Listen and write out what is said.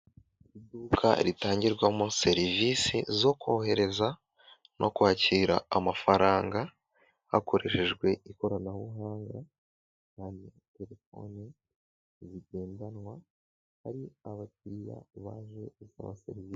Iduka ritangirwamo serivisi zo kohereza no kwakira amafaranga hakoreshejwe ikoranabuhanga cyane telefoni zigendanwa, hari abakiriya baje gusaba serivisi.